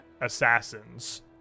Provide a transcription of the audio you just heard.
assassins